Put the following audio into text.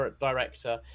director